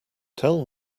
tell